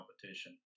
competition